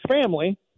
family